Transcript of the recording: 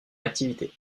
activité